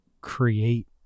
create